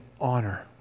honor